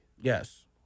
yes